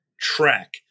track